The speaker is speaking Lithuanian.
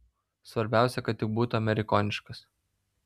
svarbiausia kad tik būtų amerikoniškas